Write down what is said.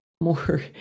more